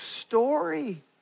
story